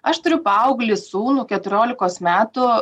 aš turiu paauglį sūnų keturiolikos metų